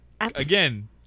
Again